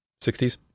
60s